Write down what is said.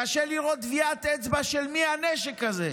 קשה לראות טביעת אצבע, של מי הנשק הזה,